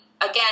again